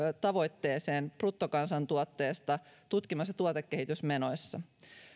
tavoitteeseen bruttokansantuotteesta tutkimus ja tuotekehitysmenoissa